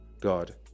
God